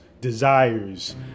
desires